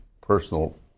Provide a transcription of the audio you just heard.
personal